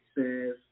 says